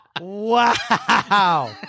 Wow